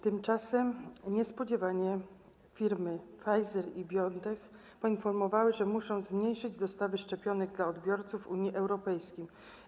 Tymczasem niespodziewanie firmy Pfizer i BioNTech poinformowały, że muszą zmniejszyć dostawy szczepionek dla odbiorców Unii Europejskiej.